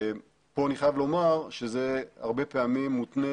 פה אני חייב לומר שזה הרבה פעמים מותנה